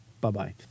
Bye-bye